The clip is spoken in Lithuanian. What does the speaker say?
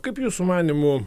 kaip jūsų manymu